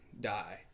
die